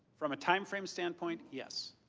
from a time frame standpoint, yes.